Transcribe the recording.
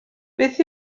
beth